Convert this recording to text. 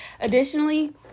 additionally